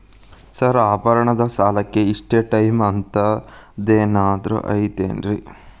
Sir ಆಭರಣದ ಸಾಲಕ್ಕೆ ಇಷ್ಟೇ ಟೈಮ್ ಅಂತೆನಾದ್ರಿ ಐತೇನ್ರೇ?